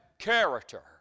character